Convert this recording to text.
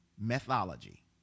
methodology